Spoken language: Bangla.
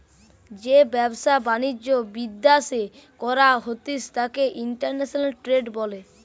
যেই ব্যবসা বাণিজ্য বিদ্যাশে করা হতিস তাকে ইন্টারন্যাশনাল ট্রেড বলে